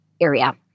area